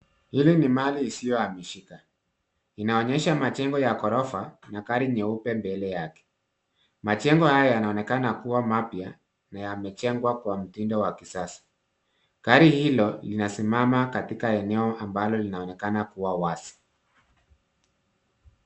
Hili ni mali isiyohamishika. Inaonyesha majengo ya ghorofa na gari nyeupe mbele yake. Majengo haya yanaonekana kua mapya, na yamejengwa kwa mtindo wa kisasa. Gari hilo linasimama katika eneo ambao linaonekana kua wazi.